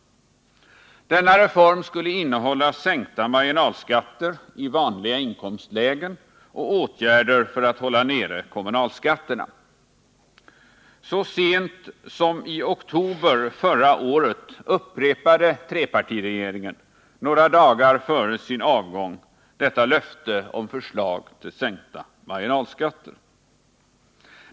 Denna reform skulle innehålla sänkta marginalskatter i vanliga inkomstlägen och åtgärder för att hålla nere kommunalskatterna. Så sent som i oktober förra året upprepade trepartiregeringen några dagar före sin avgång detta löfte om förslag till sänkta marginalskatter.